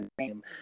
name